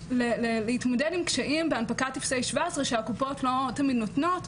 להתמודד עם קשיים בהנפקת טופסי 17 שהקופות לא תמיד נותנות,